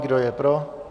Kdo je pro?